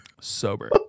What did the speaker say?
Sober